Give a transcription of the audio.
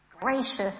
gracious